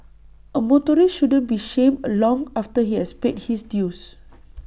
A motorist shouldn't be shamed long after he has paid his dues